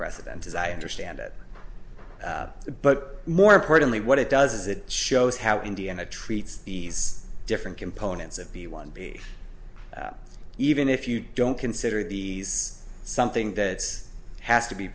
precedents as i understand it but more importantly what it does is it shows how indiana treats these different components of b one b even if you don't consider the something that has to be